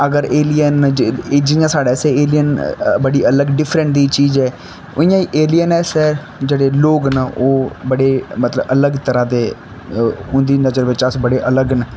अगर एलियन जियां साढ़े आस्तै एलियन बड़ी अलग डिफ्रेंट चीज ऐ इ'यां एलियन असें जेह्ड़े लोक न ओह् बड़े मतलब अलग तरह् दे उं'दी नजर बिच्च अस बड़े अलग न